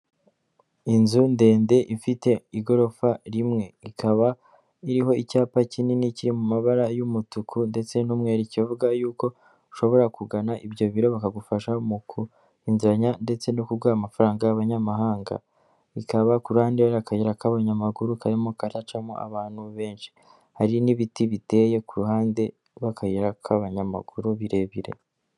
Inzu ndende ifite igorofa rimwe ikaba iriho icyapa kinini kiri mu mabara y'umutuku ndetse n'umweru, kivuga yuko ushobora kugana ibyo biro bakagufasha mu kuvunjisha ndetse no ku kuguha amafaranga y'amanyamahanga bikaba ku ruhande hari akayi ka'abanyamaguru karimo karacamo abantu benshi hari n'ibiti biteye ku ruhande rw'akayira k'abanyamaguru birebire.